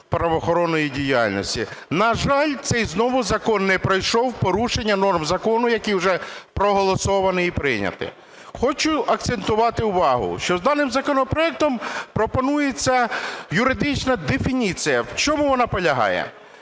На жаль, цей знову закон не пройшов, порушення норм закону, який вже проголосований і прийнятий. Хочу акцентувати увагу, що даним законопроектом пропонується юридична дефініція. В чому вона полягає?